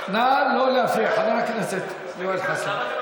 לא להפריע, חבר הכנסת יואל חסון.